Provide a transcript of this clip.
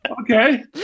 Okay